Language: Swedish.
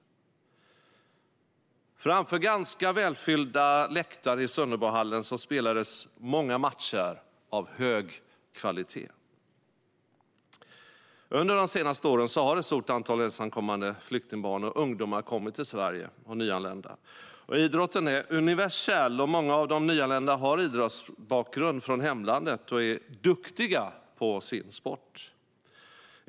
Framför ganska välfyllda läktare i Sunnerbohallen spelades många matcher av hög kvalitet. Under de senaste åren har ett stort antal ensamkommande flyktingbarn och ungdomar kommit till Sverige. Idrotten är universell, och många av de nyanlända har idrottsbakgrund från hemlandet och är duktiga på sin sport.